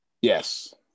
Yes